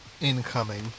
incoming